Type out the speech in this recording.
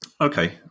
Okay